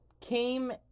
came